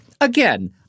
Again